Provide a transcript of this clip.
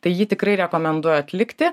tai jį tikrai rekomenduoju atlikti